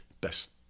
Best